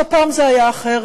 פעם זה היה אחרת.